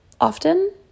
often